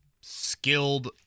skilled